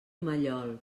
mallol